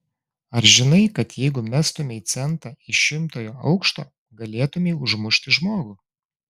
ar žinai kad jeigu mestumei centą iš šimtojo aukšto galėtumei užmušti žmogų